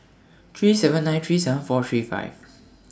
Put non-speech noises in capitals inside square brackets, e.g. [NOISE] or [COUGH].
three seven nine three seven four three five [NOISE]